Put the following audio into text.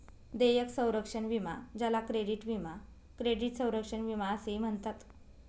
देयक संरक्षण विमा ज्याला क्रेडिट विमा क्रेडिट संरक्षण विमा असेही म्हणतात